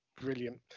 Brilliant